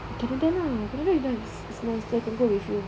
canada ah canada is nice it's nice then I can go with you